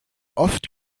oft